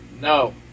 No